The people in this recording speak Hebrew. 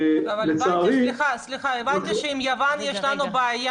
אבל הבנתי שעם יוון יש לנו בעיה.